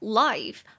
life